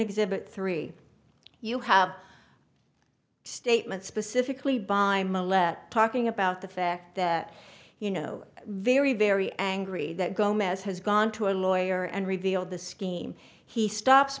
exhibit three you have statement specifically by mallette talking about the fact that you know very very angry that gomez has gone to a lawyer and revealed the scheme he stops